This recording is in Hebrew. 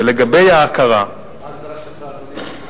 ולגבי ההכרה, חד-צדדית,